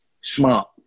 smart